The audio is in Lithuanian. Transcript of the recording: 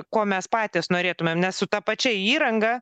ko mes patys norėtumėm nes su ta pačia įranga